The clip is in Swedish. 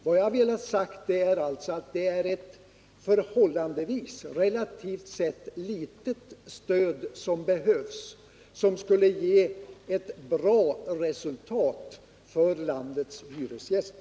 Vad jag har velat ha sagt är att det är ett relativt sett litet stöd som behövs och som skulle ge ett bra resultat för landets hyresgäster.